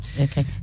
Okay